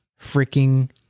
freaking